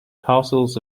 parcels